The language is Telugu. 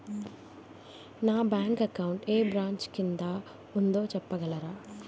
నా బ్యాంక్ అకౌంట్ ఏ బ్రంచ్ కిందా ఉందో చెప్పగలరా?